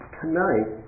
tonight